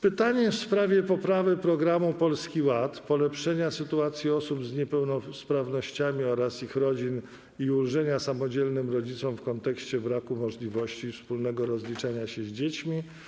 Pytanie to jest w sprawie poprawy programu Polski Ład, polepszenia sytuacji osób z niepełnosprawnościami oraz ich rodzin i ulżenia samodzielnym rodzicom w kontekście braku możliwości wspólnego rozliczania się z dziećmi.